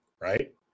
right